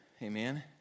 Amen